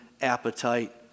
appetite